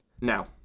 Now